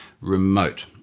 remote